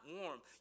warm